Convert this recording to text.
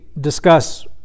discuss